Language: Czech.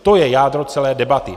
To je jádro celé debaty.